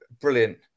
brilliant